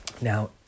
Now